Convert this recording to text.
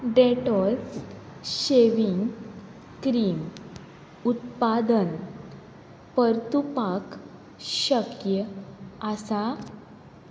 Dettol shaving cream उत्पादन परतूपाक शक्य आसा